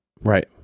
Right